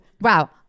Wow